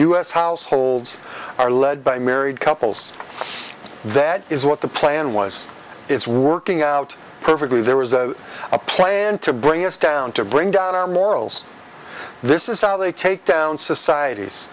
s households are led by married couples that is what the plan was it's working out perfectly there was a plan to bring us down to bring down our morals this is how they take down societ